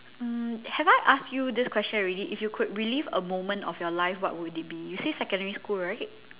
mm have I asked you this question already if you could relieve a moment of your life what would it be you said secondary school right